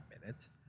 minutes